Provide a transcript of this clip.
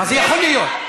מה זה יכול להיות?